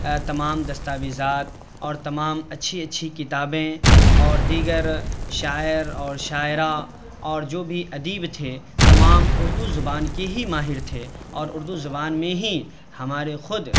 تمام دستاویزات اور تمام اچھی اچھی کتابیں اور دیگر شاعر اور شاعرہ اور جو بھی ادیب تھے تمام اردو زبان کے ہی ماہر تھے اور اردو زبان میں ہی ہمارے خود